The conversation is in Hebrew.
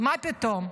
מה פתאום?